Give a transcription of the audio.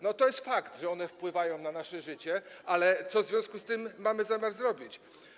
No, to jest fakt, że one wpływają na nasze życie, ale co w związku z tym mamy zamiar zrobić?